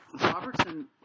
Robertson